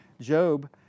Job